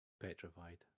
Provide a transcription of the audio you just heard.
petrified